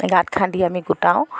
গাঁত খান্দি আমি গোটাওঁ